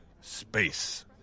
Space